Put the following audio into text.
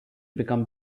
become